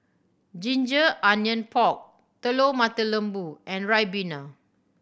ginger onion pork Telur Mata Lembu and ribena